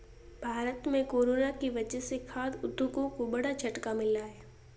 भारत में कोरोना की वजह से खाघ उद्योग को बड़ा झटका मिला है